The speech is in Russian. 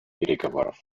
переговоров